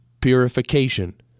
Purification